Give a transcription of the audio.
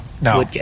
no